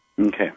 okay